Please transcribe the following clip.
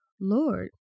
Lord